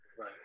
Right